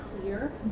clear